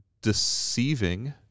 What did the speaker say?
deceiving